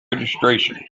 registration